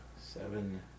Seven